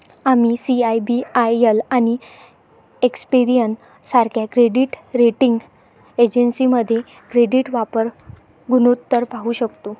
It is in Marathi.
आम्ही सी.आय.बी.आय.एल आणि एक्सपेरियन सारख्या क्रेडिट रेटिंग एजन्सीमध्ये क्रेडिट वापर गुणोत्तर पाहू शकतो